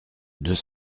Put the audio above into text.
deux